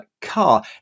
car